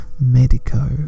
Medico